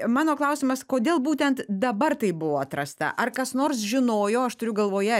mano klausimas kodėl būtent dabar tai buvo atrasta ar kas nors žinojo aš turiu galvoje